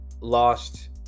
lost